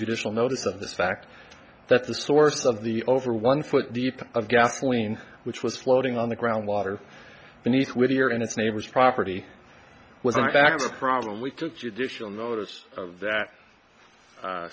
judicial notice of the fact that the source of the over one foot deep of gasoline which was floating on the ground water beneath with here and its neighbors property was a back problem we took judicial notice of that